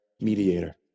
mediator